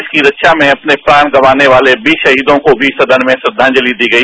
देश की ख्वा में अपने प्राण गवाने वाले वीर शहीदों को भी सदन में श्रद्वांजलि दी गई